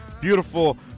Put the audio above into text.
beautiful